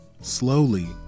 Slowly